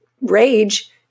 rage